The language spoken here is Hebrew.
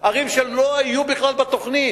ערים שלא היו בכלל בתוכנית,